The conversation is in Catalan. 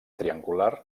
triangular